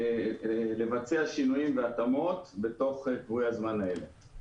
לערוך שינויים והתאמות בתוך קבועי הזמן הללו.